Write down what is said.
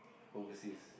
overseas